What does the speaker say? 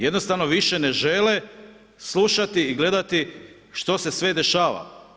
Jednostavno više ne žele slušati i gledati što se sve dešava.